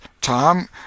Tom